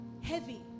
heavy